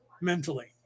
mentally